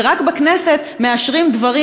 ורק בכנסת מאשרים דברים,